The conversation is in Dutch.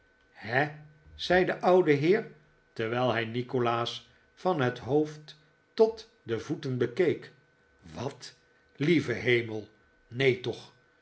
he zei de oude heer terwijl hij nikolaas van het hoofd tot de voeten bekeek wat lieve hemel neen toch